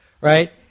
right